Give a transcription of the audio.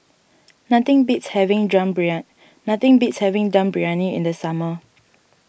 nothing beats having Dum nothing beats having Dum Briyani in the summer